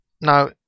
Now